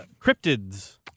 cryptids